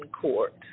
court